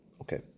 Okay